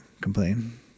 complain